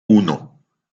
uno